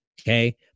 Okay